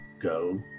go